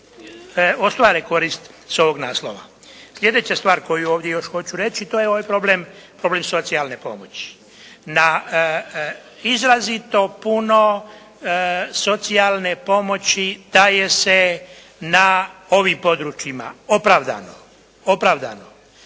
ostvare korist s ovog naslova. Sljedeća stvar koju ovdje još hoću reći, to je ovaj problem socijalne pomoći. Na izrazito puno socijalne pomoći daje se na ovim područjima. Opravdano. Ali,